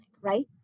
right